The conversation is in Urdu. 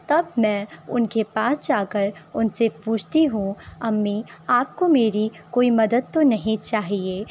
تب میں ان کے پاس جا کر ان سے پوچھتی ہوں امی آپ کو میری کوئی مدد تو نہیں چاہیے